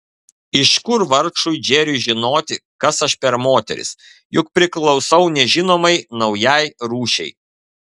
iš kur vargšui džeriui žinoti kas aš per moteris juk priklausau nežinomai naujai rūšiai